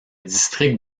district